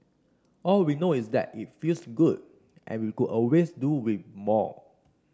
all we know is that it feels good and we could always do with more